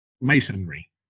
masonry